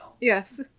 Yes